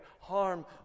harm